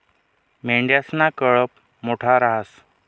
मेंढयासना कयप मोठा रहास